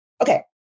Okay